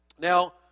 Now